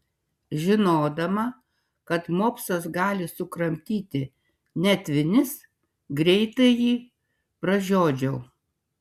žinodama kad mopsas gali sukramtyti net vinis greitai jį pražiodžiau